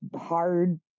hard